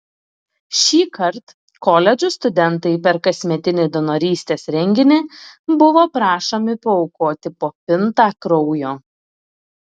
šįkart koledžų studentai per kasmetinį donorystės renginį buvo prašomi paaukoti po pintą kraujo